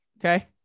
Okay